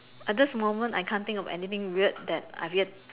at this moment I can't think of anything weird that I've yet